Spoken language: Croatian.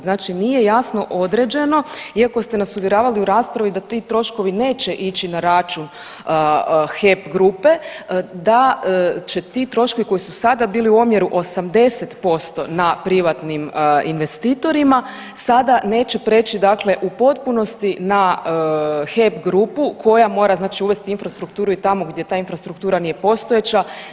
Znači nije jasno određeno iako ste nas uvjeravali u raspravi da ti troškovi neće ići na račun HEP grupe, da će ti troškovi koji su sada bili u omjeru 80% na privatnim investitorima, sada neće preći dakle u potpunosti na HEP grupu koja mora znači uvesti infrastrukturu i tamo gdje ta infrastruktura nije postojeća.